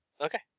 Okay